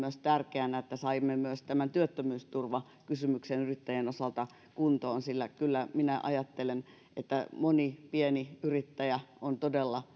tärkeänä myös että saimme tämän työttömyysturvakysymyksen yrittäjien osalta kuntoon sillä kyllä minä ajattelen että moni pieni yrittäjä on todella